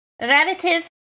Relative